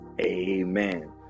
amen